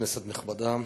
כנסת נכבדה,